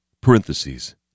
Parentheses